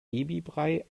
babybrei